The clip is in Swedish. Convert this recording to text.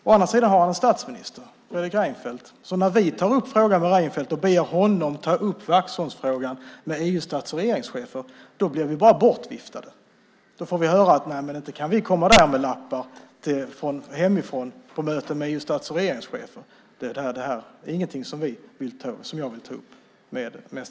Å andra sidan har han statsminister Fredrik Reinfeldt som när vi ber honom ta upp Vaxholmsfrågan med EU:s stats och regeringschefer bara viftar bort oss. Då får vi höra att inte kan man komma där med lappar hemifrån på möten med EU:s stats och regeringschefer, nej, det är inget man vill ta upp med dem.